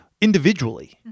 individually